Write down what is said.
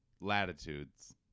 latitudes